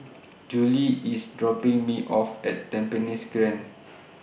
Julie IS dropping Me off At Tampines Grande